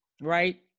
Right